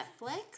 Netflix